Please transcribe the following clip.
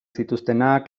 zituztenak